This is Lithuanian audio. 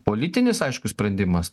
politinis aiškus sprendimas